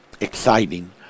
exciting